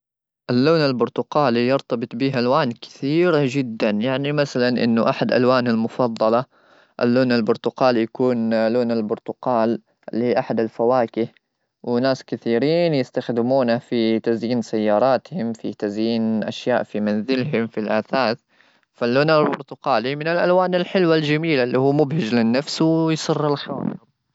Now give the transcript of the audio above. اللون البرتقالي يرتبط بها الوان كثيره جدا يعني مثلا انه احد الوان المفضله ,اللون البرتقالي يكون لون البرتقال لاحد الفواكه ,وناس كثيرين يستخدمونه في تزيين سياراتهم في تزيين اشياء في منزلهم في الاثاث ,فاللون البرتقالي من الالوان الحلوه الجميله اللي هو مبهج للنفس ويصير الحاضر.